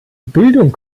bildung